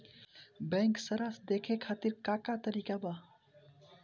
Bank सराश देखे खातिर का का तरीका बा?